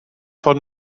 von